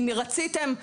אם רציתם,